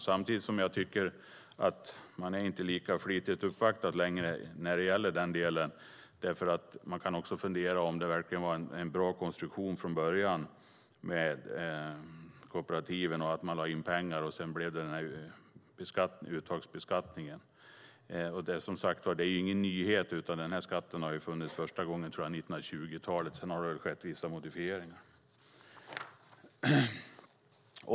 Samtidigt tycker jag att man inte längre uppvaktar lika flitigt vad gäller den delen. Frågan är om det verkligen var en bra konstruktion från början med kooperativen när man satte in pengar och det sedan blev en uttagsbeskattning. Det är, som sagt, ingen nyhet, utan den skatten infördes första gången redan på 1920-talet, och sedan har det väl skett vissa modifieringar.